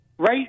Right